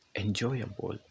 enjoyable